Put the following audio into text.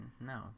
No